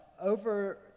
over